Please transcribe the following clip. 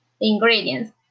ingredients